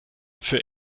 für